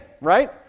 right